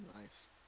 Nice